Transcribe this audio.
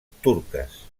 turques